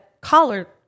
collar